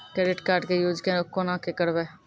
Credit card के use कोना के करबऽ?